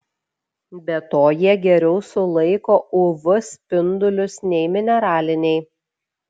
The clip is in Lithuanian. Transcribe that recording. be to jie geriau sulaiko uv spindulius nei mineraliniai